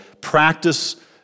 practice